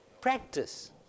practice